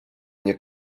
nie